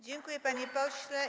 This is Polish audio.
Dziękuję, panie pośle.